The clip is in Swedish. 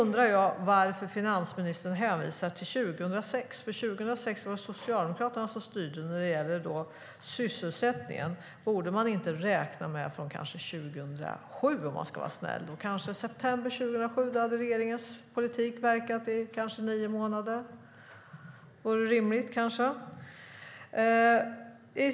Varför hänvisar finansministern då till 2006? År 2006 styrde Socialdemokraterna. Borde man inte räkna från kanske 2007 - i september 2007 hade regeringens politik verkat i cirka nio månader? Det vore kanske rimligt.